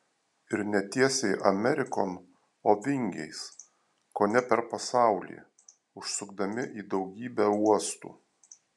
ir ne tiesiai amerikon o vingiais kone per pasaulį užsukdami į daugybę uostų